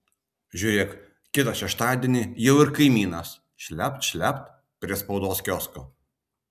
žiūrėk kitą šeštadienį jau ir kaimynas šlept šlept prie spaudos kiosko